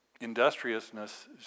Industriousness